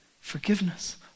forgiveness